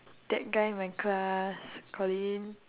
that guy in my class colin